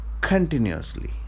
continuously